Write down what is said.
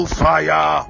fire